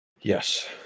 yes